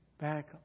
back